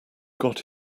got